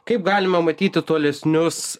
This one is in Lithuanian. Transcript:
kaip galima matyti tolesnius